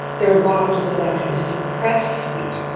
there are volatiles that actually suppress sweet.